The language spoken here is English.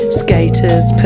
skaters